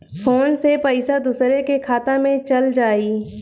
Phone से पईसा दूसरे के खाता में चल जाई?